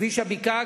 בכביש הבקעה,